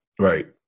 Right